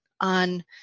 on